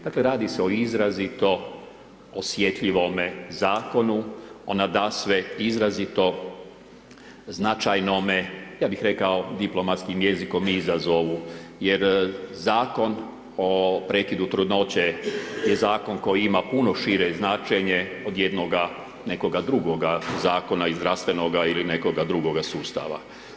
Dakle radi se o izrazito osjetljivome zakonu o nadasve izrazito značajnome, ja bih rekao diplomatskim jezikom, izazovu jer zakon o prekidu trudnoće je zakon koji ima puno šire značenje od jednoga nekoga drugoga zakona i zdravstvena ili nekoga drugoga sustava.